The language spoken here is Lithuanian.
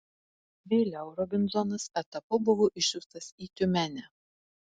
vėliau robinzonas etapu buvo išsiųstas į tiumenę